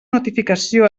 notificació